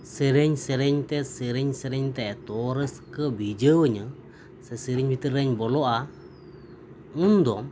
ᱥᱮᱨᱮᱧ ᱥᱮᱨᱮᱧ ᱛᱮ ᱥᱮᱨᱮᱧ ᱥᱮᱨᱮᱧ ᱛᱮ ᱮᱛᱚ ᱨᱟᱹᱥᱠᱟᱹ ᱵᱷᱤᱡᱟᱹᱣ ᱟᱹᱧᱟᱹ ᱥᱮ ᱥᱮᱨᱮᱧ ᱵᱷᱤᱛᱨᱤ ᱨᱮᱧ ᱵᱚᱞᱚᱜᱼᱟ ᱩᱱ ᱫᱚ